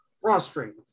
frustrating